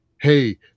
hey